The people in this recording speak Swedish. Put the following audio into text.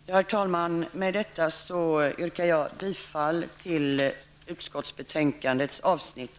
Med detta, herr talman, yrkar jag bifall till hemställan i utskottets betänkande, avsnitt IV.